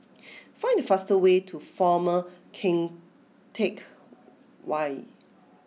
find the fastest way to Former Keng Teck Whay